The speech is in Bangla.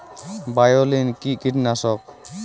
বায়োলিন কি কীটনাশক?